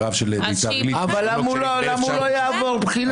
אבל למה הוא לא יעבור בחינה?